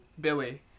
Billy